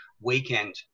weekend